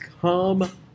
come